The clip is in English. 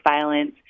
violence